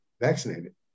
vaccinated